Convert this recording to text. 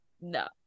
No